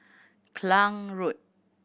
Klang Road